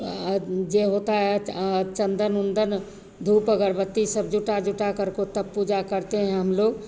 यह होता है चंदन उंदन धूप अगरबत्ती सब जुटा जुटा करको तब पूजा करते हैं हम लोग